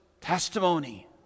testimony